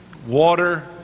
water